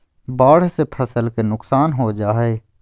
बाढ़ से फसल के नुकसान हो जा हइ